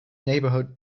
neighborhood